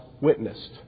witnessed